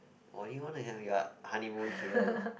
or you want to have your honeymoon here